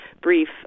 brief